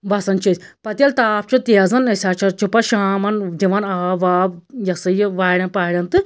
وسان چھِ أسۍ پَتہٕ ییٚلہِ تاپھ چھُ تیزان أسۍ ہَسا چھ پَتہٕ شامَن دِوان آب واب یہِ ہَسا یہِ واریٚن پاریٚن تہٕ